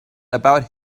about